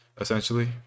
Essentially